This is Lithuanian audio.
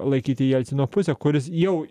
laikyti jelcino pusę kuris jau